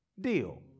deal